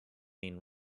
been